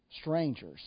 strangers